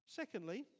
secondly